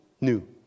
new